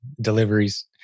deliveries